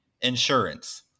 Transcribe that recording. Insurance